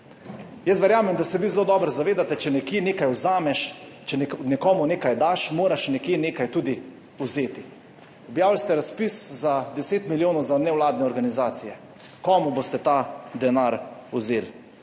Jaz verjamem, da se vi zelo dobro zavedate, če nekomu nekaj daš, moraš nekje nekaj tudi vzeti. Objavili ste razpis za 10 milijonov za nevladne organizacije. Komu boste ta denar vzeli?